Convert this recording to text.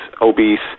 obese